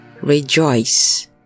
Rejoice